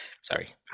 Sorry